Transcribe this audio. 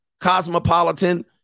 Cosmopolitan